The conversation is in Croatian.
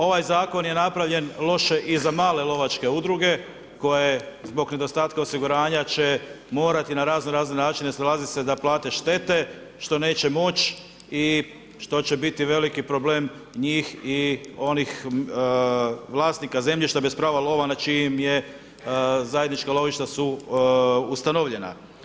Ovaj zakon je napravljen loše i za male lovačke udruge koje zbog nedostatka osiguranja će morati na raznorazne načine snalaziti se da plate štete, što neće moći što će biti veliki problem njih i onih vlasnika zemljišta bez prava lova na čijem je zajednička lovišta su ustanovljena.